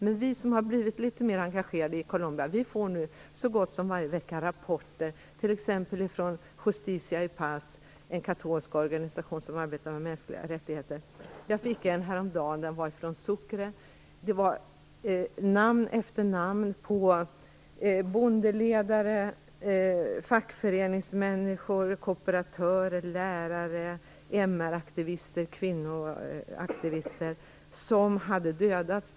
Men vi som blivit litet mer engagerade i Colombia får nu så gott som varje vecka rapporter, t.ex. från Justicia y Paz, en katolsk organisation som arbetar med mänskliga rättigheter. Häromdagen fick jag en rapport ifrån Sucre. Där stod namn efter namn på bondeledare, fackföreningsmänniskor, kooperatörer, lärare, MR-aktivister och kvinnoaktivister som hade dödats.